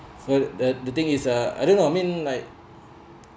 for the the thing is uh I don't know I mean like